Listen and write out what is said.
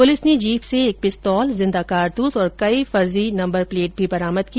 police ने jeep से एक पिस्तोल जिंदा कारतूस और कई फर्जी नम्बर प्लेट भी बरामद की